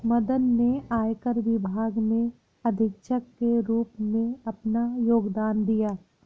मदन ने आयकर विभाग में अधीक्षक के रूप में अपना योगदान दिया